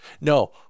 no